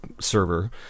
server